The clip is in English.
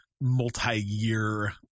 multi-year